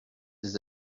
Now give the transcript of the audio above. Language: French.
des